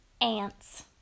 Ants